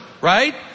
right